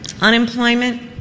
Unemployment